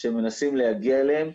שמנסים להגיע אליהם,